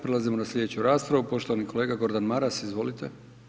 Prelazimo na slijedeću raspravu poštovani kolega Gordan Maras, izvolite.